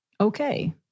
okay